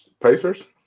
Pacers